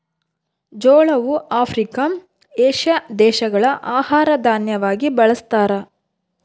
ಜೋಳವು Africa, Asia ದೇಶಗಳ ಆಹಾರ ದಾನ್ಯವಾಗಿ ಬಳಸ್ತಾರ